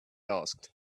asked